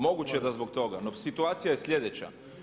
Moguće da zbog toga, no situacija je sljedeća.